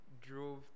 drove